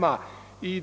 Jag